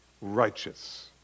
righteous